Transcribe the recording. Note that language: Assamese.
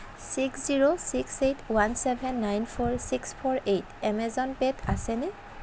six zero six eight one seven nine four six four eight Amazon পে'ত আছেনে